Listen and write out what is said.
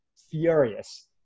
furious